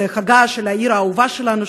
זה חגה של העיר האהובה שלנו,